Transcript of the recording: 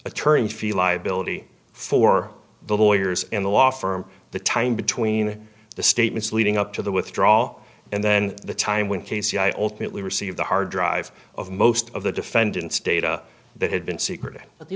attorneys feel liability for the lawyers in the law firm the time between the statements leading up to the withdraw and then the time when k c i ultimately receive the hard drive of most of the defendants data that had been secret but the